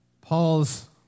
Paul's